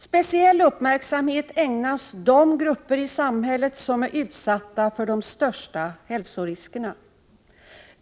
Speciell uppmärksamhet ägnas de grupper i samhället som är utsatta för de största hälsoriskerna.